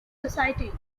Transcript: society